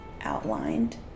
outlined